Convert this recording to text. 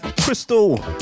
crystal